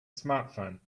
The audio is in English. smartphone